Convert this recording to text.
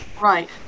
Right